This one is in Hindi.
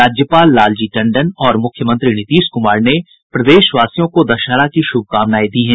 राज्यपाल लालजी टंडन और मुख्यमंत्री नीतीश कुमार ने प्रदेशवासियों को दशहरा की शुभकामनाएं दी हैं